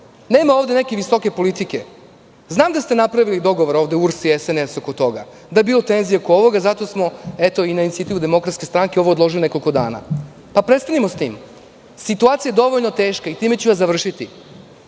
Nema ovde neke visoke politike. Znam da ste napravili dogovor ovde URS i SNS oko toga, da je bilo tenzije oko ovoga. Zato smo i na inicijativu DS ovo odložili nekoliko dana. Pa, prestanimo sa tim. Situacija je dovoljno teška, time ću završiti.